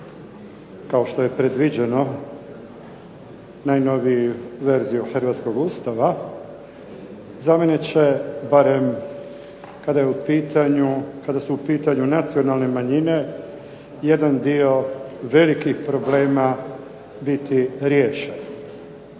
kao što je predviđeno, najnoviju verziju hrvatskoga Ustava za mene će barem kada su u pitanju nacionalne manjine jedan dio velikih problema biti riješen.